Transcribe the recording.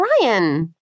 Ryan